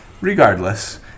Regardless